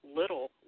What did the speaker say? little